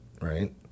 right